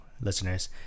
Listeners